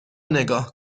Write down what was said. نگاه